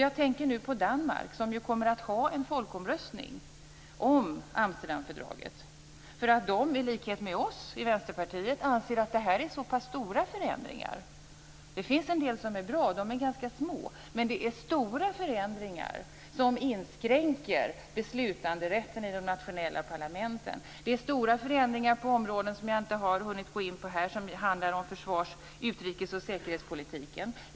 Då tänker jag på Danmark, som ju kommer att ha en folkomröstning om Amsterdamfördraget för att de, i likhet med oss i Vänsterpartiet, anser att det här är stora förändringar. Det finns en del förändringar som är bra, och de är ganska små. Men det finns stora förändringar som inskränker beslutanderätten i de nationella parlamenten. Det finns stora förändringar på områden som jag har inte har hunnit gå in på här. Det handlar om försvars-, utrikes och säkerhetspolitiken.